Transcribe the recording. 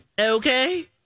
Okay